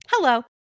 Hello